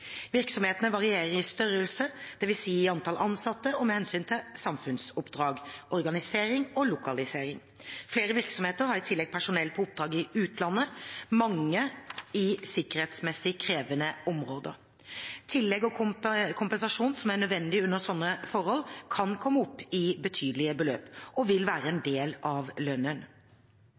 Virksomhetene varierer i størrelse, det vil si i antall ansatte, og med hensyn til samfunnsoppdrag, organisering og lokalisering. Flere virksomheter har i tillegg personell på oppdrag i utlandet, mange i sikkerhetsmessig krevende områder. Tillegg og kompensasjon som er nødvendig under slike forhold, kan komme opp i betydelige beløp, og vil være en del av lønnen.